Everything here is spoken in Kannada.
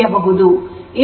ಇದು 2 √3 1